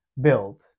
build